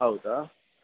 ಹೌದಾ